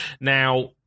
Now